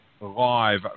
live